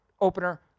opener